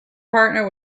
partner